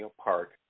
Park